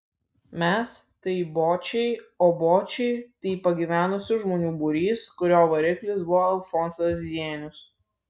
mes tai bočiai o bočiai tai pagyvenusių žmonių būrys kurio variklis buvo alfonsas zienius